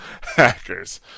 hackers